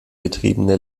betriebene